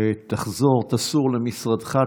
תסור למשרדך,